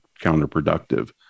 counterproductive